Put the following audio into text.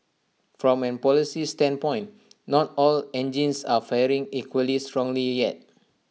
from A policy standpoint not all engines are firing equally strongly yet